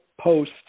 post